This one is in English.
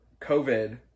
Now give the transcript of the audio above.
covid